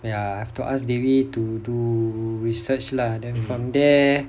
ya I have to ask dewi to do research lah then from there